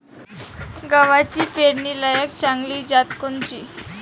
गव्हाची पेरनीलायक चांगली जात कोनची?